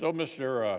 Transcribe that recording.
so mr.